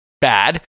bad